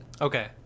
Okay